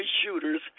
shooters